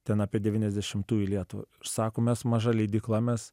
ten apie devyniasdešimtųjų lietuvą ir sako mes maža leidykla mes